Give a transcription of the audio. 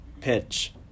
pitch